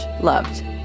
loved